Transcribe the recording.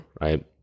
Right